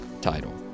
title